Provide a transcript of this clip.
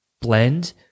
blend